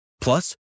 Plus